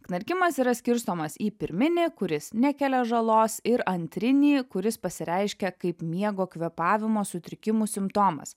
knarkimas yra skirstomas į pirminį kuris nekelia žalos ir antrinį kuris pasireiškia kaip miego kvėpavimo sutrikimų simptomas